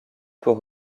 pour